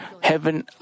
heaven